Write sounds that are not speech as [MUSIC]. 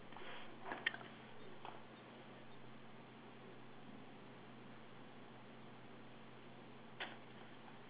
[NOISE]